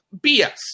BS